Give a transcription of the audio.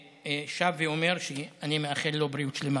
שב ואומר שאני מאחל לו בריאות שלמה.